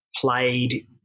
played